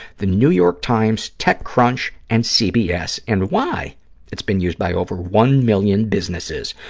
the new york times, tech crunch and cbs and why it's been used by over one million businesses.